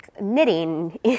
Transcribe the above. knitting